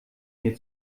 mir